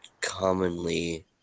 commonly